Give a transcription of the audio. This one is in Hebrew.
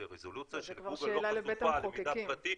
לרזולוציה שגוגל לא חשופה למידע פרטי.